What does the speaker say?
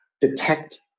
detect